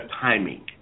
timing